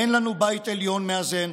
אין לנו בית עליון מאזן,